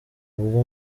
ubwo